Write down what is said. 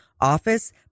office